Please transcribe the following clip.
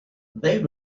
they